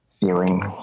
Feeling